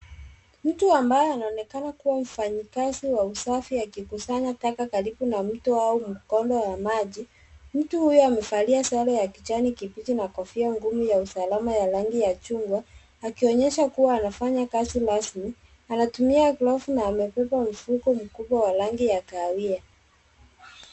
Mtu ambaye anaonekana kuwa mfanyikazi wa usafi akukusanya taka karibu na mto au mkondo wa maji. Mtu huyo amevalia sare ya kijani kibichi na kofia gumu ya usalama ya rangi ya chungwa akionyesha kuwa anafany.a kazi rasmi. Anatumia glovu na amebeba mfuko mkubwa wa rangi ya kahawia.